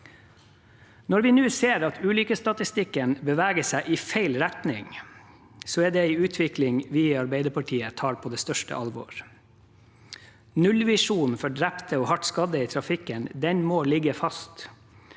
Når vi nå ser at ulykkesstatistikken beveger seg i feil retning, er det en utvikling vi i Arbeiderpartiet tar på det største alvor. Nullvisjonen for drepte og hardt skadde i trafikken må ligge fast,